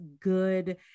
good